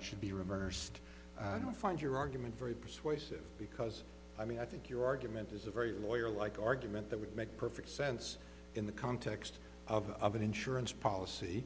it should be reversed and i find your argument very persuasive because i mean i think your argument is a very lawyer like argument that would make perfect sense in the context of an insurance policy